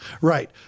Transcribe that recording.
right